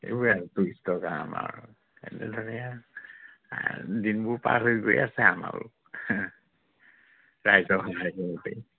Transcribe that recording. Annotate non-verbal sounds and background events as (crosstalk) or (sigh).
এইবোৰে আৰু টুৰিষ্টৰ কাৰণে আমাৰ এনেদৰে দিনবোৰ পাৰ হৈ গৈ আছে আমাৰো ৰাইজৰ (unintelligible)